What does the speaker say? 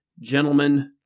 gentlemen